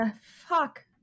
fuck